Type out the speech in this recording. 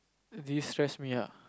this stress me ah